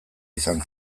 izan